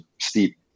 steep